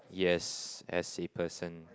yes as a person